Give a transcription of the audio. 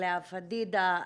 לאה פדידה,